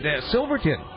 Silverton